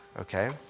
Okay